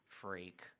freak